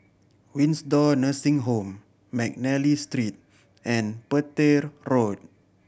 Windsor Nursing Home McNally Street and Petir Road